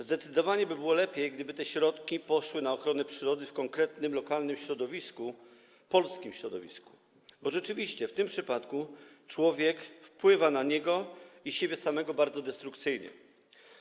Zdecydowanie lepiej by było, gdyby te środki poszły na ochronę przyrody w konkretnym lokalnym środowisku, polskim środowisku, bo rzeczywiście w tym przypadku człowiek wpływa na nie i na siebie samego bardzo destrukcyjnie.